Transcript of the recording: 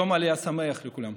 יום עלייה שמח לכולם.